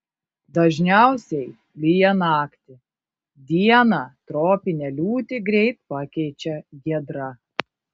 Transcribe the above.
dažniausiai lyja naktį dieną tropinę liūtį greit pakeičia giedra